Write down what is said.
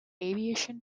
aviation